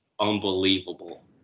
unbelievable